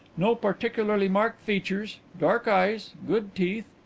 no particularly marked features. dark eyes. good teeth.